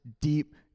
deep